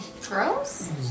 Gross